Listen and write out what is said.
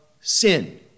sin